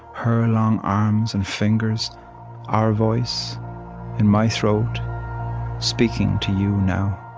her long arms and fingers our voice in my throat speaking to you now.